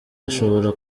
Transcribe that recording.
ashobora